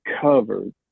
covered